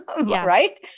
right